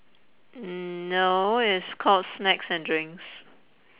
mm no it's called snacks and drinks